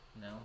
No